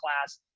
class